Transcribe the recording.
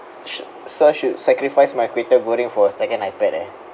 so should sacrifice my kway teow goreng for a second ipad eh